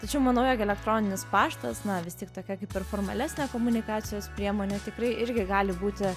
tačiau manau jog elektroninis paštas na vis tik tokia kaip ir formalesnė komunikacijos priemonė tikrai irgi gali būti